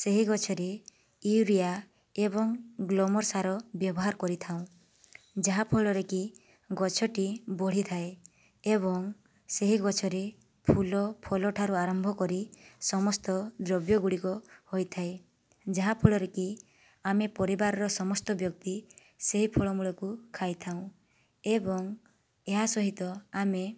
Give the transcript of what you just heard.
ସେହି ଗଛରେ ୟୁରିଆ ଏବଂ ଗ୍ରୁମର ସାର ବ୍ୟବହାର କରିଥାଉ ଯାହାଫଳରେକି ଗଛଟି ବଢ଼ିଥାଏ ଏବଂ ସେହି ଗଛରେ ଫୁଲଫଳ ଠାରୁ ଆରମ୍ଭ କରି ସମସ୍ତ ଦ୍ରବ୍ୟ ଗୁଡ଼ିକ ହୋଇଥାଏ ଯାହା ଫଳରେ କି ଆମେ ପରିବାରର ସମସ୍ତ ବ୍ୟକ୍ତି ସେହି ଫଳମୂଳକୁ ଖାଇଥାଉଁ ଏବଂ ଏହା ସହିତ ଆମେ